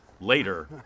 later